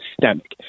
systemic